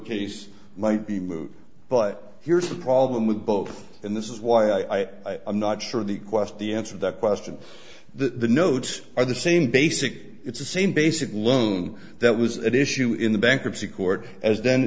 case might be moot but here's the problem with both and this is why i i'm not sure the quest the answer the question the nodes are the same basic it's the same basic lung that was at issue in the bankruptcy court as then